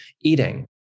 eating